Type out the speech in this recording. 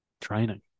Training